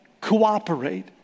cooperate